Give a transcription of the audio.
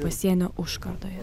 pasienio užkardoje